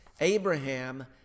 Abraham